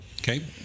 Okay